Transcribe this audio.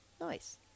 Nice